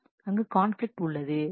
அங்கு கான்பிலிக்ட் உள்ளது